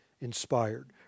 inspired